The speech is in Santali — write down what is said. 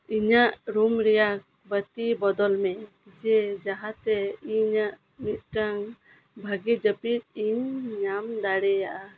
ᱤᱧᱟᱹᱜ ᱨᱩᱢ ᱨᱮᱭᱟᱜ ᱵᱟᱛᱤ ᱵᱚᱫᱚᱞ ᱢᱮ ᱡᱮ ᱡᱟᱦᱟᱸᱛᱮ ᱤᱧᱟᱹᱜ ᱢᱤᱜᱴᱟᱝ ᱵᱷᱟᱜᱮ ᱡᱟᱹᱯᱤᱫ ᱤᱧ ᱧᱟᱢ ᱫᱟᱲᱮᱭᱟᱜᱼᱟ